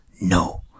no